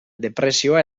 depresioa